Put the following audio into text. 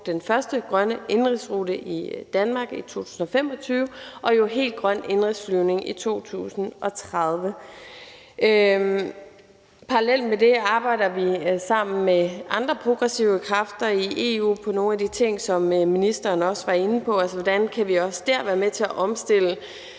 den første grønne indenrigsrute i Danmark i 2025, og at vi jo får helt grøn indenrigsflyvning i 2030. Parallelt med det arbejder vi sammen med andre progressive kræfter i EU på nogle af de ting, som ministeren også var inde på, altså det her med, hvordan vi kan være med til at omstille